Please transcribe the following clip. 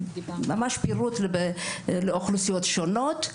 ממש פירוט לאוכלוסיות שונות.